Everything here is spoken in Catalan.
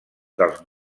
dels